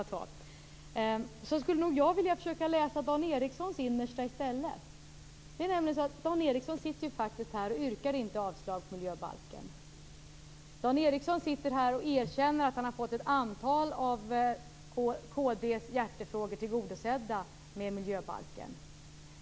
Jag skulle vilja försöka läsa Dan Ericssons innersta i stället. Dan Ericsson yrkar faktiskt inte avslag på miljöbalken. Dan Ericsson erkänner att han har fått ett antal av kd:s hjärtefrågor tillgodosedda med miljöbalken.